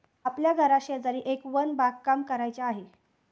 आपल्या घराशेजारी एक वन बागकाम करायचे आहे